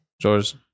George